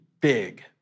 big